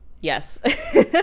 Yes